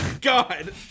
God